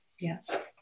Yes